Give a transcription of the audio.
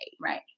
Right